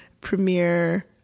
premiere